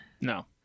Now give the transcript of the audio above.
No